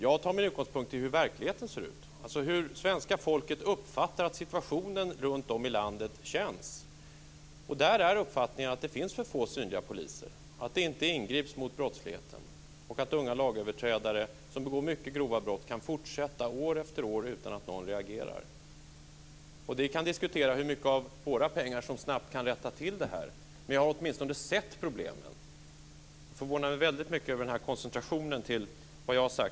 Jag tar min utgångspunkt i hur verkligheten ser ut, hur svenska folket runtom i landet uppfattar att situationen är. Uppfattningen är att det finns för få synliga poliser, att det inte ingrips mot brottsligheten och att unga lagöverträdare som begår mycket grova brott kan fortsätta år efter år utan att någon reagerar. Vi kan diskutera hur mycket våra pengar snabbt kan rätta till det här, men jag har åtminstone sett problemen. Jag förvånar mig mycket över att man koncentrerar sig så på vad jag har sagt.